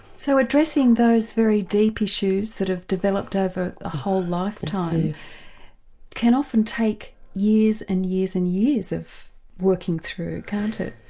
so addressing those very deep issues that have developed over a whole lifetime can often take years and years and years of working through, can't it?